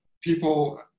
people